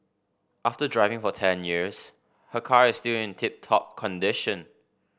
after driving for ten years her car is still in tip top condition